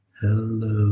hello